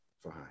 fine